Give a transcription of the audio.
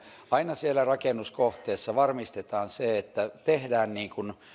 aina siellä rakennuskohteessa varmistetaan se että tehdään niin